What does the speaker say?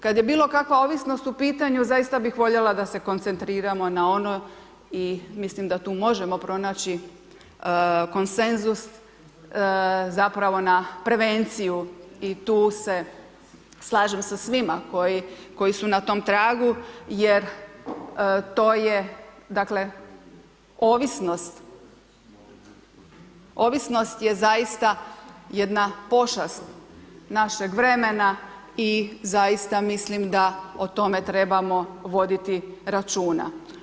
Kada je bilo kakva ovisnost u pitanju, zaista bi voljela da se koncentriramo na ono i mislim da tu možemo pronaći konsenzus zapravo na prevenciju i tu se slažem sa svima koji su na tom tragu, jer to je dakle, ovisnost, ovisnost je zaista jedan pošast našeg vremena i zaista mislim da o tome trebamo voditi računa.